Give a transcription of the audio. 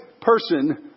person